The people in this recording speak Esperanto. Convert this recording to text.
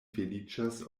feliĉas